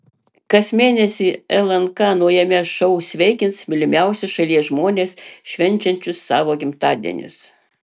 kas mėnesį lnk naujame šou sveikins mylimiausius šalies žmones švenčiančius savo gimtadienius